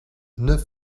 neuf